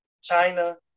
China